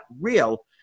real